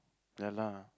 ya lah